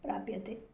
प्राप्यते